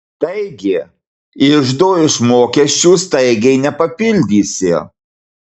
taigi iždo iš mokesčių staigiai nepapildysi